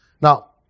Now